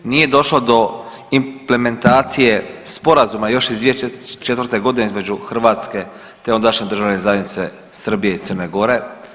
Nije došlo do implementacije Sporazuma još iz 2004. g. između Hrvatske te ondašnje Državne zajednice Srbije i Crne Gore.